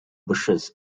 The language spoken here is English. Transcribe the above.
bushes